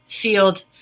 field